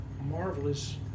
marvelous